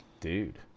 dude